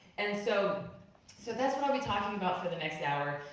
and so so that's what i'll be talking about for the next hour.